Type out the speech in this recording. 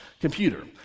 computer